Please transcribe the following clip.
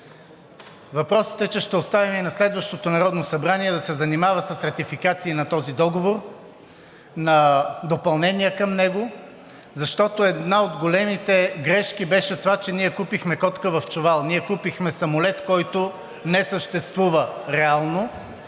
Въпросът е, че ще оставим и на следващото Народното събрание да се занимава с ратификации на този договор, на допълнения към него, защото една от големите грешки беше това, че ние купихме котка в чувал – ние купихме самолет, който не съществува реално,